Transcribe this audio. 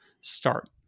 start